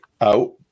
out